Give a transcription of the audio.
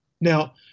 Now